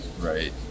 right